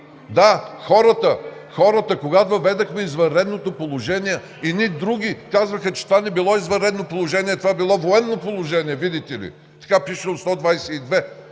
задавате въпрос. Когато въведохме извънредното положение, едни други казваха, че това не било извънредно положение, а това било военно положение, видите ли! Така пишело в